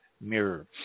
mirror